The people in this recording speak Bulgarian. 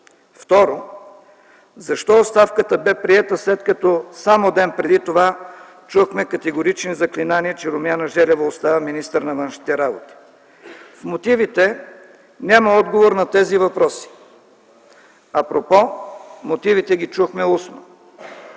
Второ, защо оставката й бе приета, след като само ден преди това чухме категорични заклинания, че Румяна Желева остава министър на външните работи. В мотивите няма отговор на тези въпроси. Апропо, мотивите чухме устно.